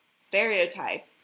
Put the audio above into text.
stereotype